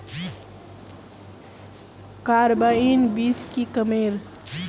Carbine बीस की कमेर?